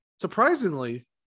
Surprisingly